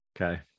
Okay